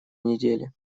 недели